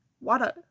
Water